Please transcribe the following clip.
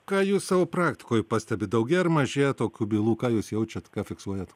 ką jūs savo praktikoj pastebit daugėja ar mažėja tokių bylų ką jūs jaučiat ką fiksuojat